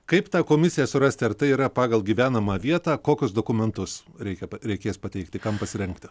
kaip tą komisiją surasti ar tai yra pagal gyvenamą vietą kokius dokumentus reikia reikės pateikti kam pasirengti